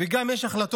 ויש גם החלטות